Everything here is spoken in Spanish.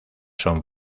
son